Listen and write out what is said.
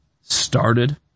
started